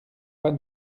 pas